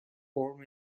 فرم